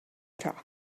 talk